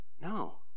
no